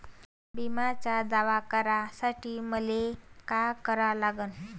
बिम्याचा दावा करा साठी मले का करा लागन?